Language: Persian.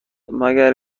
مگر